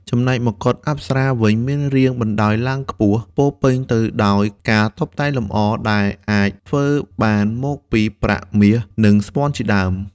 ចំណែកមកុដអប្សរាវិញ មានរាងបណ្តោយឡើងខ្ពស់ ពោរពេញទៅដោយការតុបតែងលំអ ដែលអាចធ្វើបានមកពី ប្រាក់ មាស និងស្ពាន់ជាដើម។